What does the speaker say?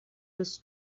this